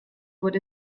wurde